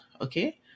Okay